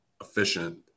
efficient